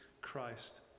Christ